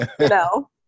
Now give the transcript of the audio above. no